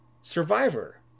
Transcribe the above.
Survivor